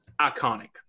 iconic